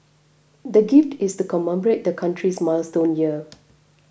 the gift is to commemorate the country's milestone year